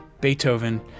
Beethoven